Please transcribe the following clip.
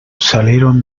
salieron